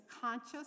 conscious